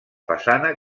façana